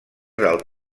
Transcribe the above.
del